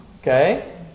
Okay